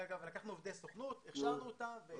אגב, לקחנו עובדי סוכנות והכשרנו אותם.